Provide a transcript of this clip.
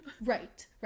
Right